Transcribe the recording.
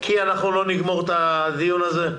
כי אנחנו לא נגמור את הדיון הזה?